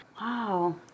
Wow